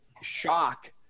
shock